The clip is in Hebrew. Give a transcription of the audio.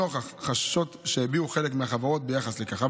נוכח חששות שהביעו חלק מהחברות ביחס לכך,